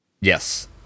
Yes